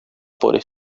por